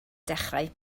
dechrau